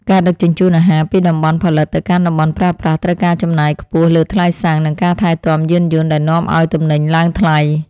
ការដឹកជញ្ជូនអាហារពីតំបន់ផលិតទៅកាន់តំបន់ប្រើប្រាស់ត្រូវការចំណាយខ្ពស់លើថ្លៃសាំង និងការថែទាំយានយន្តដែលនាំឱ្យទំនិញឡើងថ្លៃ។